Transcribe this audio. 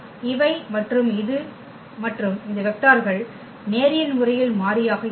இவை மற்றும் இது மற்றும் இந்த வெக்டார்கள் நேரியல் முறையில் மாறியாக இருக்கும்